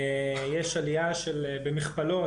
יש עליה במכפלות,